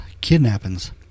kidnappings